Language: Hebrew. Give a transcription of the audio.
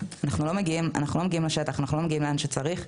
אנחנו לא מגיעים לשטח ולא מגיעים לאן שצריך.